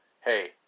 hey